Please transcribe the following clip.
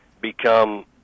become